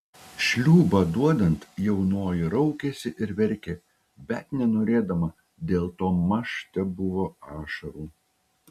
šliūbą duodant jaunoji raukėsi ir verkė bet nenorėdama dėl to maž tebuvo ašarų